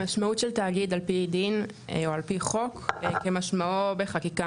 המשמעות של תאגיד על פי דין או על פי חוק כמשמעו בחקיקה.